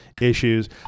issues